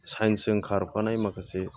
साइन्सजों खारफानाय माखासे